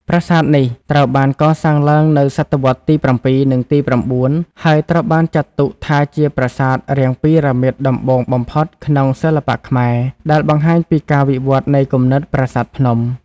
ប្រាសាទនេះត្រូវបានកសាងឡើងនៅសតវត្សរ៍ទី៧ និងទី៩ ហើយត្រូវបានចាត់ទុកថាជាប្រាសាទរាងពីរ៉ាមីតដំបូងបំផុតក្នុងសិល្បៈខ្មែរ ដែលបង្ហាញពីការវិវត្តន៍នៃគំនិត "ប្រាសាទភ្នំ"។